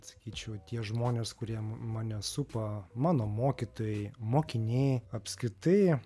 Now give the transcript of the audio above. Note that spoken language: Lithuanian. sakyčiau tie žmonės kurie mane supa mano mokytojai mokiniai apskritai